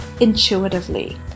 intuitively